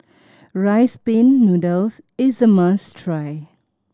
Rice Pin Noodles is a must try